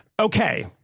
Okay